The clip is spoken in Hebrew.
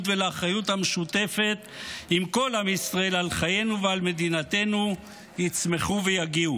ולאחריות המשותפת עם כל עם ישראל על חיינו ועל מדינתנו תצמח ותגיע,